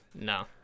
No